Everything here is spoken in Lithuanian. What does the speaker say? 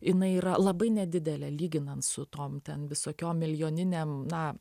jinai yra labai nedidelė lyginant su tom ten visokiom milijoninėm na